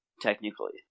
technically